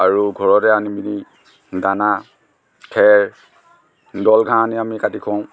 আৰু ঘৰলৈ আনি মেলি দানা খেৰ দল ঘাঁহ আনি আমি কাটি খুৱাওঁ